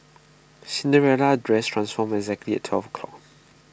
Cinderella's dress transformed exactly at twelve o'clock